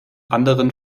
anderen